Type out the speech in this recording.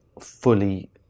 fully